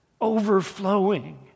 overflowing